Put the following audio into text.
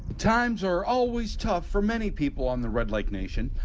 times are always tough for many people on the red lake nation.